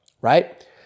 Right